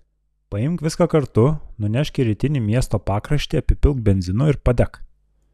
paimk viską kartu nunešk į rytinį miesto pakraštį apipilk benzinu ir padek